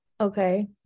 okay